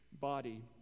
body